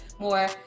more